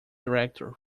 director